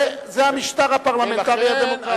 זה המשטר הפרלמנטרי הדמוקרטי.